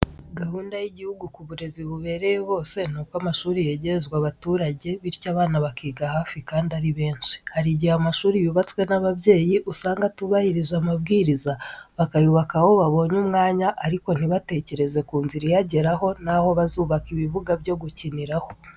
Gahunda y'igihugu ku burezi bubereye bose ni uko amashuri yegerezwa abaturage, bityo abana bakiga hafi kandi ari benshi. Hari igihe amashuri yubatswe n'ababyeyi usanga atarubahirije amabwiriza, bakayubaka aho babonye umwanya ariko ntibatekereze ku nzira iyageraho, naho bazubaka ibibuga byo gukiniraho.